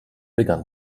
began